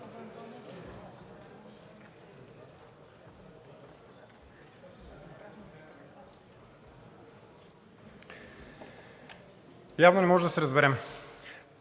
Явно не можем да се разберем.